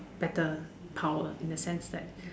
better power in the sense that